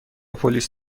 پلیس